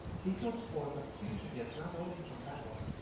he goes forth a fugitive not only from battle,